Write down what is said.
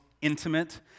intimate